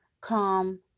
Come